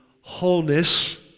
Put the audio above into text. Wholeness